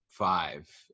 five